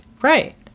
Right